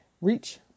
reach